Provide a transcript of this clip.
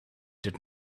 did